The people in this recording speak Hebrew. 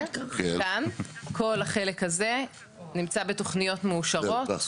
עד כאן כל החלק הזה נמצא בתוכניות מאושרות